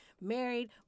married